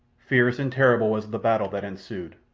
fierce and terrible was the battle that ensued,